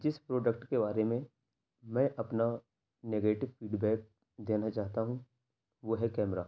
جس پروڈکٹ کے بارے میں میں اپنا نیگیٹو فیڈ بیک دینا چاہتا ہوں وہ ہے کیمرہ